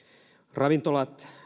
ravintolat on